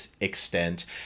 extent